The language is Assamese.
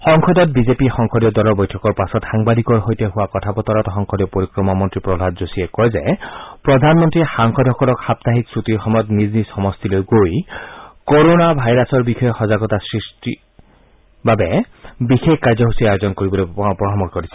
সংসদত বিজেপি সংসদীয় দলৰ বৈঠকৰ পাছত সাংবাদিকৰ সৈতে হোৱা কথা বতৰাত সংসদীয় পৰিক্ৰমা মন্ত্ৰী প্ৰহ্মদ যোশীয়ে কয় যে প্ৰধানমন্ত্ৰীয়ে সাংসদসকলক সাপ্তাহিক ছুটীৰ সময়ত নিজ নিজ সমষ্টিলৈ গৈ কৰণা ভাইৰাছৰ বিষয়ে সজাগতা কাৰ্যসূচীৰ আয়োজন কৰিবলৈ পৰামৰ্শ দিছে